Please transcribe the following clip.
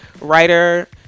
writer